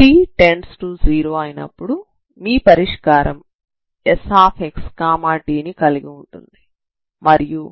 t→0 అయినప్పుడు మీ పరిష్కారం Sxt ని కలిగి ఉంటుంది మరియు